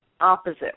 opposite